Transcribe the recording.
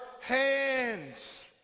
hands